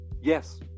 yes